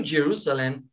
Jerusalem